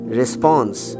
response